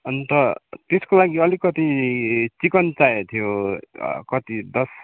अन्त त्यसको लागि अलिकति चिकन चाहिएको थियो कति दस